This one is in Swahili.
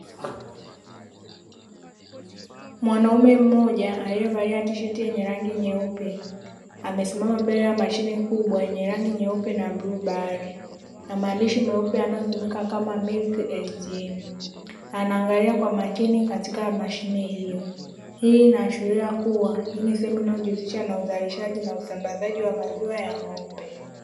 Mwanamume mmoja aliyevalia tisheti yenye rangi nyeupe, amesimama mbele ya mashine kubwa yenye rangi nyeupe na ambiwa bahari namaanisha meupe yanayosomeka kama ''milk ATM" Anaangalia kwa makini katika mashine hiyo hii inaashiria kuwa hii sehemu nyingine na uzalishaji na usambazaji wa maziwa ya ng'ombe.